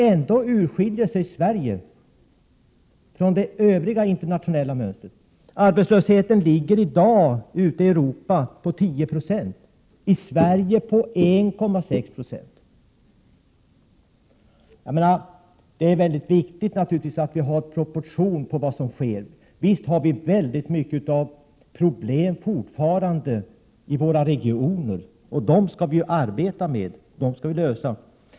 Ändå skiljer sig Sverige från det internationella mönstret. Arbetslösheten ligger i dag ute i Europa på 10 96. I Sverige är arbetslösheten 1,6 90. Det är naturligtvis viktigt att se proportionerna i vad som sker. Vi har fortfarande problem ute i våra regioner, och dem skall vi arbeta med och lösa.